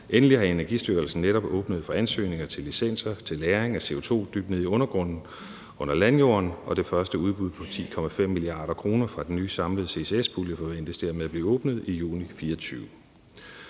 Endelig har Energistyrelsen netop åbnet for ansøgninger til licenser til lagring af CO2 dybt nede i undergrunden under landjorden, og det første udbud på 10,5 mia. kr. fra den nye samlede ccs-pulje forventes dermed at blive åbnet i juni 2024.